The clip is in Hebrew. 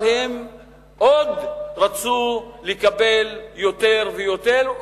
אבל הם עוד רצו לקבל יותר ויותר,